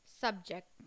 subject